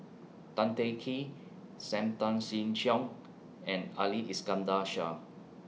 Tan Teng Kee SAM Tan Chin Siong and Ali Iskandar Shah